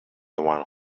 one